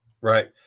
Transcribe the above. Right